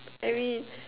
every